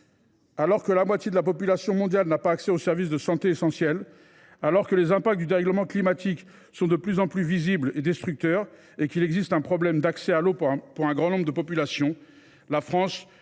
alors que la moitié de la population mondiale n’a pas accès aux services de santé essentiels, alors que les impacts du dérèglement climatique sont de plus en plus visibles et destructeurs et qu’il existe un problème d’accès à l’eau pour un grand nombre de populations, la France